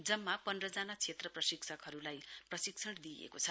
जम्मा पन्धजना क्षेत्र प्रशिक्षकहरूलाई प्रशिक्षण दिएको छ